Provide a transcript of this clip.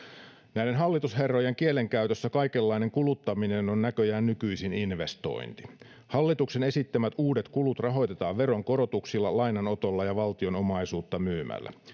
näiden hallitusherrojen kielenkäytössä kaikenlainen kuluttaminen on näköjään nykyisin investointi hallituksen esittämät uudet kulut rahoitetaan veronkorotuksilla lainanotolla ja valtion omaisuutta myymällä